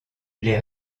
les